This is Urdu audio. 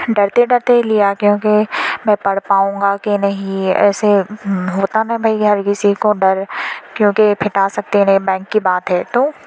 ڈرتے ڈرتے ہی لیا کیونکہ میں پڑھ پاؤں گا کہ نہیں ایسے ہوتا نا بھئی ہر کسی کو ڈر کیونکہ پھٹا سکتے یہ بینک کی بات ہے تو